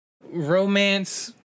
romance